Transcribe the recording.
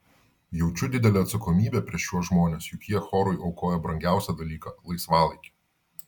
jaučiu didelę atsakomybę prieš šiuos žmones juk jie chorui aukoja brangiausią dalyką laisvalaikį